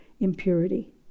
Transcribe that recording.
impurity